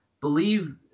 Believe